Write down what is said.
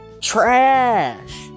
trash